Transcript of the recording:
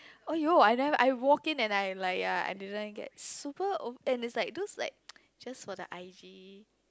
!aiyo! I never I walked in and I'm like ya I didn't get super over and it's like those like just for the I G